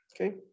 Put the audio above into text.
Okay